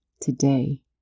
Today